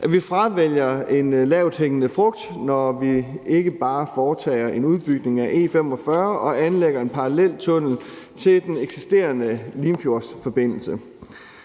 vi fravælger en lavthængende frugt, når vi ikke bare foretager en udbygning af E45 og anlægger en paralleltunnel til den eksisterende Limfjordsforbindelse.